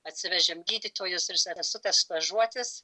atsivežėme gydytojus ir sesutes stažuotis